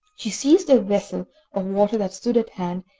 she seized a vessel of water that stood at hand,